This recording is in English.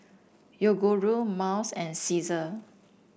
Yoguru Miles and Cesar